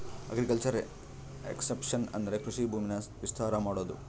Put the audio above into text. agriculture expansion ಅಂದ್ರೆ ಕೃಷಿ ಭೂಮಿನ ವಿಸ್ತಾರ ಮಾಡೋದು